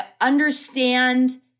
understand